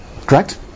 correct